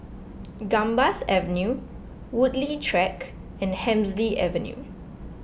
Gambas Avenue Woodleigh Track and Hemsley Avenue